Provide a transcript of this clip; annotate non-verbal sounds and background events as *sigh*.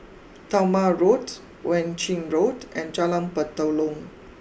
*noise* Talma Road Wan Ching Road and Jalan Batalong